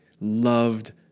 loved